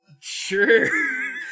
Sure